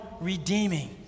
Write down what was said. redeeming